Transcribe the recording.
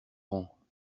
rangs